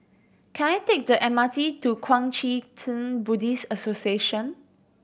can I take the M R T to Kuang Chee Tng Buddhist Association